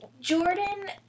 Jordan